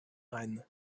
reines